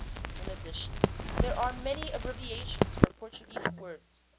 in addition there are many abbreviations for portuguese words,